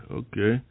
okay